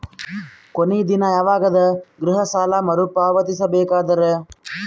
ಕೊನಿ ದಿನ ಯವಾಗ ಅದ ಗೃಹ ಸಾಲ ಮರು ಪಾವತಿಸಬೇಕಾದರ?